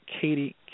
Katie